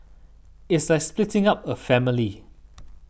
it's like splitting up a family